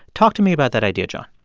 talk to me about that idea, john